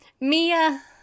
Mia